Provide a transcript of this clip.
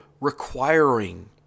requiring